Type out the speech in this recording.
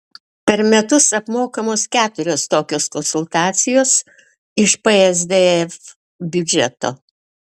per metus apmokamos keturios tokios konsultacijos iš psdf biudžeto